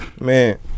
Man